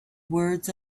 words